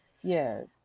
yes